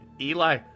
Eli